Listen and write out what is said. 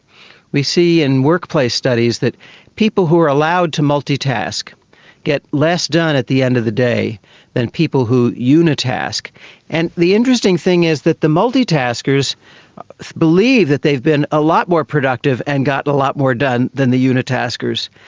we see in workplace studies that people who are allowed to multitask gets less done at the end of the day than people who unitask. and the interesting thing is that the multitaskers believe that they've been a lot more productive and gotten a lot more done than the unitaskers.